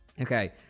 okay